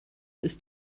ist